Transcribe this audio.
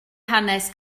hanes